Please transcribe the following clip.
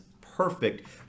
perfect